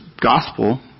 gospel